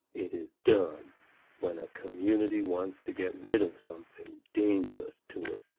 it is done when a community wants to get rid of something dangerous to it.